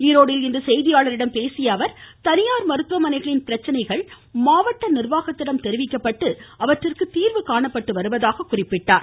ஈரோடில் இன்று செய்தியாளர்களிடம் பேசியஅவர் தனியார் மருத்துவமனைகளின் பிரச்சனைகள் மாவட்ட நிர்வாகத்திடம் தெரிவிக்கப்பட்டு அவற்றிற்கு தீர்வு காணப்பட்டு வருவதாக கூறினார்